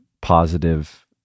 positive